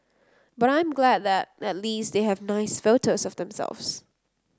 but I'm glad that at least they have nice photos of themselves